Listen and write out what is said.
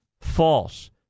False